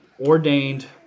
ordained